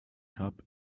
cup